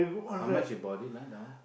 how much you bought it ah that one